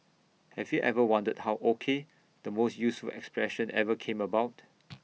have you ever wondered how O K the most useful expression ever came about